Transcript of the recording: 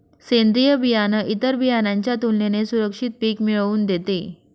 सेंद्रीय बियाणं इतर बियाणांच्या तुलनेने सुरक्षित पिक मिळवून देते